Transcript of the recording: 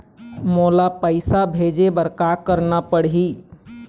मोला पैसा भेजे बर का करना पड़ही?